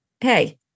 hey